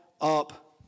up